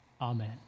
Amen